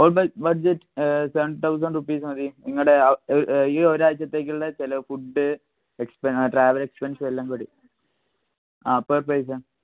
budget seven thousand rupees മതി നിങ്ങളുടെ ഈ ഒരാഴ്ചത്തേക്കുള്ള ചെലവ് ഫുഡ് എക്സ്പെ ട്രാവെല് എക്സ്സ്പെൻസ് എല്ലാം കൂടി ആ അപ്പം പേ ചെയ്ത